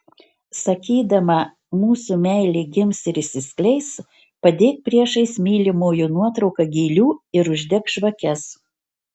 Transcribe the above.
sakydama mūsų meilė gims ir išsiskleis padėk priešais mylimojo nuotrauką gėlių ir uždek žvakes